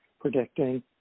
predicting